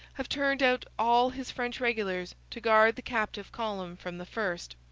have turned out all his french regulars to guard the captive column from the first.